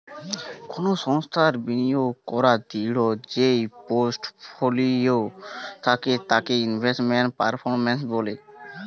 কোনো সংস্থার বিনিয়োগ করাদূঢ় যেই পোর্টফোলিও থাকে তাকে ইনভেস্টমেন্ট পারফরম্যান্স বলে